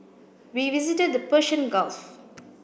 we visited the Persian Gulf